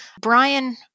Brian